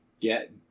get